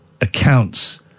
accounts